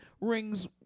rings